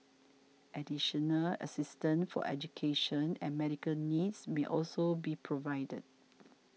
additional assistance for education and medical needs may also be provided